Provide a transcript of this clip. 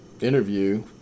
interview